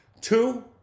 two